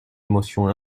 émotion